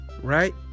right